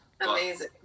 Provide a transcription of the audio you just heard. amazing